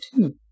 two